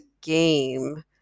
game